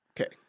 Okay